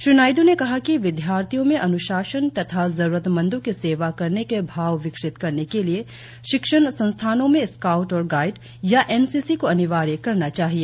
श्री नायडू ने कहा कि विद्यार्थियों में अनुशासन तथा जरुरतमंदो की सेवा करने के भाव विकसिर करने के लिए शिक्षण संस्थानों में स्काउट और गाईड या एनसीसी को अनिवार्य करना चाहिए